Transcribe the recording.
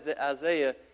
Isaiah